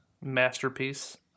masterpiece